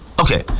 Okay